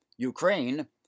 Ukraine